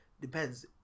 Depends